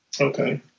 Okay